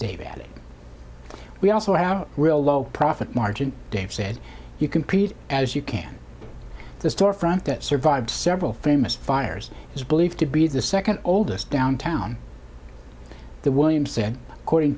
they've added we also out real low profit margin dave said you can create as you can the storefront that survived several famous fires is believed to be the second oldest downtown the williams said according